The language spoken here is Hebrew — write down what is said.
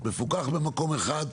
מפוקח במקום אחד,